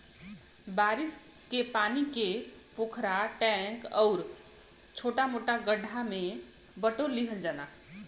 बारिश के पानी के पोखरा, टैंक आउर छोटा मोटा गढ्ढा में बटोर लिहल जाला